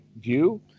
view